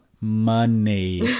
money